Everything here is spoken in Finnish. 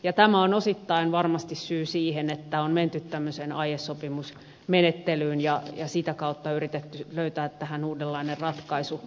tämä on osittain varmasti syy siihen että on menty tämmöiseen aiesopimusmenettelyyn ja sitä kautta yritetty löytää tähän uudenlainen ratkaisu